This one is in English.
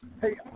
Hey